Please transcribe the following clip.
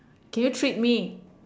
can you treat me